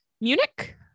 Munich